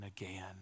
again